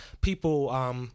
people